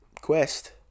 Quest